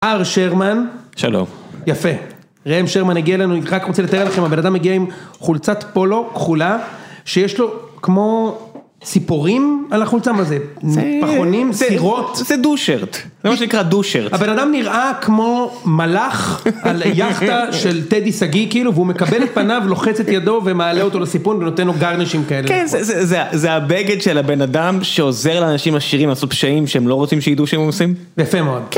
אר שרמן, יפה. רהם שרמן הגיע לנו, הוא רק רוצה לתאר לכם, הבן אדם מגיע עם חולצת פולו כחולה, שיש לו כמו ציפורים על החולצה. מה זה? פחונים? סירות? זה דו שרט. זה מה שנקרא דו שרט. הבן אדם נראה כמו מלאך על יחטה של טדי סגי, כאילו, והוא מקבל את פניו, לוחץ את ידו ומעלה אותו לסיפון ונותן לו גרנשים כאלה. זה הבגד של הבן אדם שעוזר לאנשים עשירים לעשות פשעים שהם לא רוצים שידעו שהם עושים? יפה מאוד.